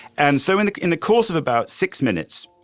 and so in in the course of about six minutes,